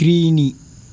त्रीणि